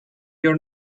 your